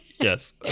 yes